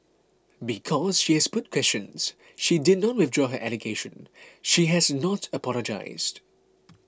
because she has put questions she did not withdraw her allegation she has not apologised